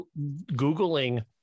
Googling